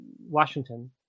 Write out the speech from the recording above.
Washington